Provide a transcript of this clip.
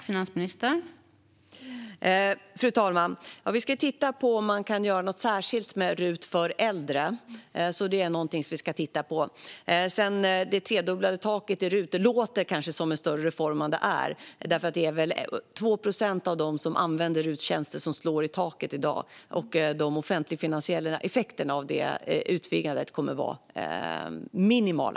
Fru talman! Vi ska titta på om man kan göra något särskilt med RUT för äldre. Det tredubblade taket i RUT låter kanske som en större reform än vad det är. Det är väl 2 procent av dem som använder RUT-tjänster som slår i taket i dag, och de offentligfinansiella effekterna av detta utvidgande kommer att vara minimala.